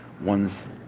one's